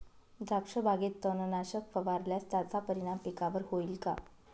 द्राक्षबागेत तणनाशक फवारल्यास त्याचा परिणाम पिकावर होईल का?